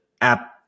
app